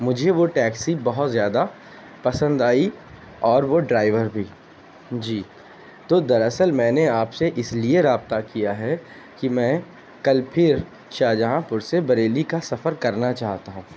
مجھے وہ ٹیکسی بہت زیادہ پسند آئی اور وہ ڈرائیور بھی جی تو دراصل میں نے آپ سے اس لیے رابطہ کیا ہے کہ میں کل پھر شاہجہاں پور سے بریلی کا سفر کرنا چاہتا ہوں